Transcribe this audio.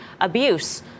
abuse